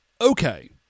Okay